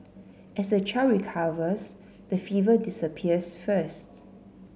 as the child recovers the fever disappears first